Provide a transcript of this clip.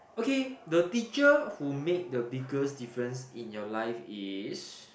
okay the teacher who make the biggest difference in your life is